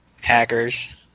Hackers